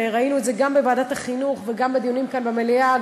וראינו את זה גם בוועדת החינוך וגם בדיונים כאן במליאה,